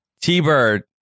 T-Bird